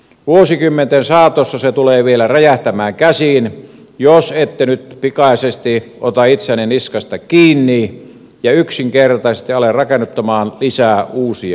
vuosikymmenten saatossa se tulee vielä räjähtämään käsiin jos ette nyt pikaisesti ota itseänne niskasta kiinni ja yksinkertaisesti ala rakennuttamaan lisää uusia asuntoja